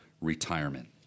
retirement